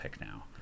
now